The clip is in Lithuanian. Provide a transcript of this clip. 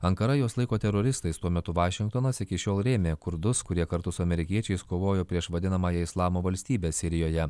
ankara juos laiko teroristais tuo metu vašingtonas iki šiol rėmė kurdus kurie kartu su amerikiečiais kovojo prieš vadinamąją islamo valstybę sirijoje